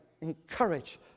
Encourage